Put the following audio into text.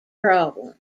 problem